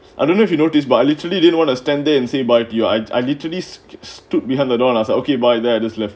I don't know if you notice but literally didn't wanna stand there and say bye to you I I literally stood behind the door lah so okay by then I just left